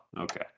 okay